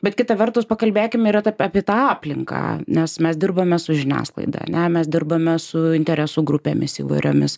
bet kita vertus pakalbėkim yra ta apie tą aplinką nes mes dirbame su žiniasklaida ane mes dirbame su interesų grupėmis įvairiomis